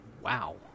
wow